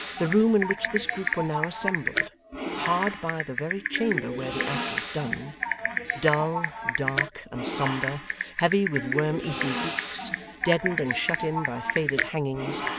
the room in which this group were now assembled hard by the very chamber where the act was done dull, dark, and sombre heavy with worm-eaten books deadened and shut in by faded hangings,